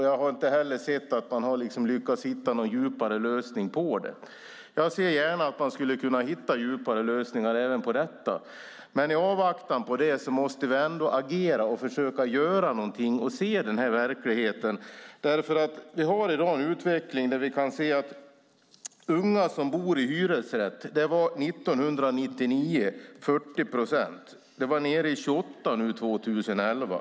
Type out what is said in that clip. Jag har inte sett att man har lyckats hitta någon djupare lösning på det. Jag ser gärna att man skulle hitta djupare lösningar även på detta, men i avvaktan på det måste vi agera och försöka göra någonting och se verkligheten. Vi kan se att andelen unga som bodde i hyresrätt 1999 var 40 procent. Det var nere vid 28 procent 2011.